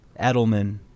Edelman